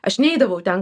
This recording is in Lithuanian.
aš neidavau ten